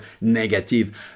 negative